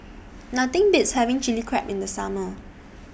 Nothing Beats having Chili Crab in The Summer